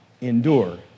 endure